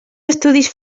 estudis